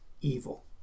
evil